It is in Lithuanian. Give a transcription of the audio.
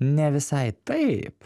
ne visai taip